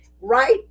right